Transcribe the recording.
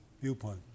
viewpoint